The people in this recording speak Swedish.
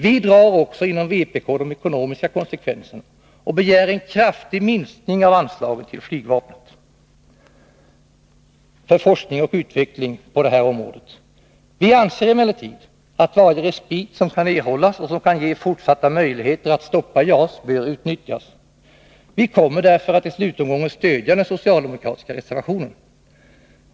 Vi drar också inom vpk de ekonomiska konsekvenserna och begär en kraftig minskning av bemyndigandeanslagen till flygvapnet för forskning och utveckling på detta område. Vi anser emellertid att varje respit som kan erhållas och som kan ge oss fortsatta möjligheter att stoppa JAS bör utnyttjas. Vi kommer därför att i slutomgången stödja den socialdemokratiska reservationen.